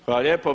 Hvala lijepo.